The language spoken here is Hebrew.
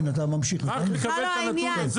אפשר לקבל את הנתון הזה?